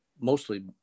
mostly